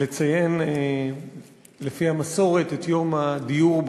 אני מציין רק אנשים שהם מובילים,